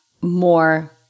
more